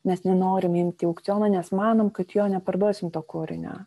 nes nenorim imti į aukcioną nes manom kad jo neparduosim to kūrinio